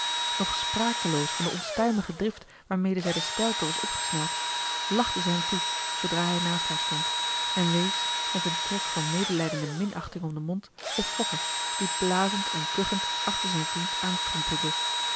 nog sprakeloos van de onstuimige drift waarmede zij de steilte was opgesneld lachte zij hem toe zoodra hij naast haar stond en wees met een trek van medelijdende minachting om den mond op fokke die blazend en kuchend achter zijn vriend aanstrompelde